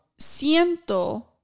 siento